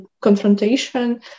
confrontation